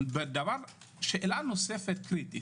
שאלה נוספת קריטית